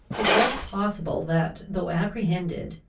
it was possible that, though apprehended,